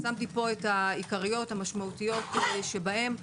אציין את העיקריות והמשמעותיות שבהן.